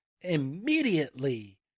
immediately